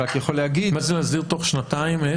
מה זה להסדיר תוך שנתיים?